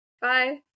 bye